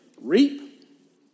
reap